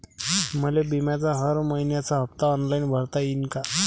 मले बिम्याचा हर मइन्याचा हप्ता ऑनलाईन भरता यीन का?